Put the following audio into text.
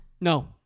No